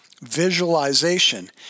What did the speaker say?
visualization